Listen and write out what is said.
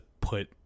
put